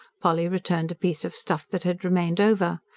polly returned a piece of stuff that had remained over.